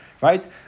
right